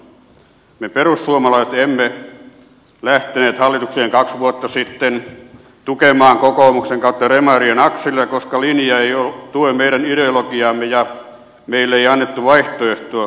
me perussuomalaiset emme lähteneet hallitukseen kaksi vuotta sitten tukemaan kokoomuksen ja demarien akselia koska linja ei tue meidän ideologiaamme ja meille ei annettu vaihtoehtoa muodostaa hallitusohjelmaa